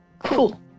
Cool